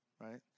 right